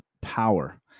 power